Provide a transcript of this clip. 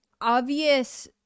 obvious